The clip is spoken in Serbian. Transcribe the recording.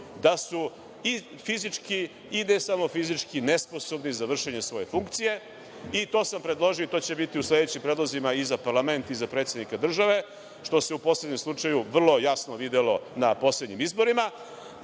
da su i fizički, i ne samo fizički nesposobni za vršenje svoje funkcije i to sam predložio i to će biti u sledećim predlozima i za parlament i za predsednika države, što se u poslednjem slučaju vrlo jasno videlo na poslednjim izborima. Zato